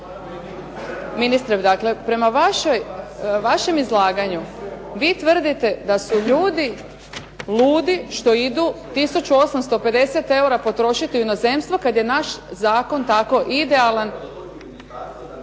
Ministre dakle, prema vašem izlaganju vi tvrdite da su ljudi ludi što idu tisuću 850 eura potrošiti u inozemstvo kada je naš zakon toliko idealan.